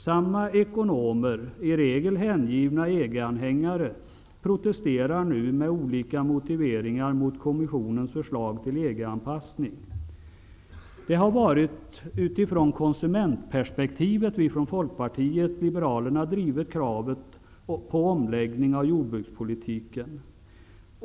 Samma ekonomer -- i regel hängivna EG-anhängare -- protesterar nu med olika motiveringar mot kommissionens förslag till EG Det har varit utifrån konsumentperspektivet vi från Folkpartiet liberalerna drivit kravet på omläggning av jordbrukspolitiken.